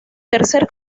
tercer